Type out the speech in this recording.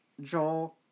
Joel